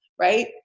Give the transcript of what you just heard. Right